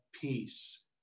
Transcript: peace